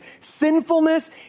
sinfulness